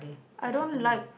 I don't like